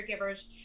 caregivers